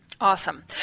Awesome